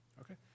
Okay